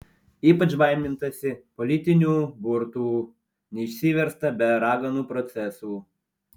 ypač baimintasi politinių burtų neišsiversta be raganų procesų